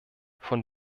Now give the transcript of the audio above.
von